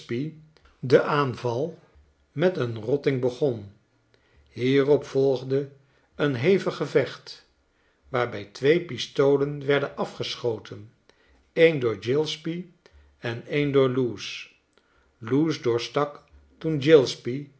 den aanval met een rotting begon hierop volgde een hevig gevecht waarbij twee pistolen werden afgeschoten een door gillespie en een door loose loose doorstak toen